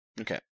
Okay